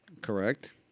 Correct